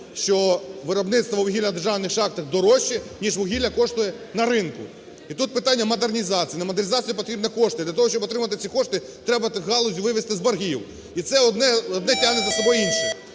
що виробництво вугілля на державних шахтах дорожче, ніж вугілля коштує на ринку. І тут питання модернізації. На модернізацію потрібні кошти. Для того, щоб отримати ці кошти, треба галузь вивести з боргів. Одне тягне за собою інше.